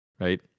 right